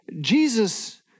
Jesus